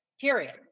Period